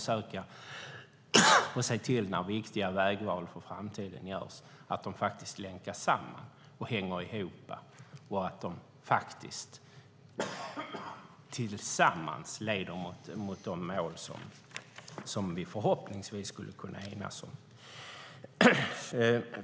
Ska vi när viktiga vägval inför framtiden görs se till att de faktiskt länkas samman och hänger ihop, så att de tillsammans leder till de mål som vi förhoppningsvis skulle kunna enas om.